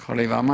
Hvala i vama.